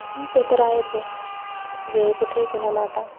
हां ते तर आहेच आहे वेळ कुठे कुणाला आता